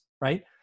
right